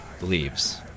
leaves